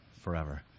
forever